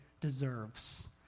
deserves